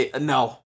no